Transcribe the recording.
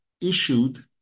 issued